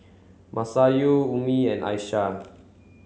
Masayu Ummi and Aisyah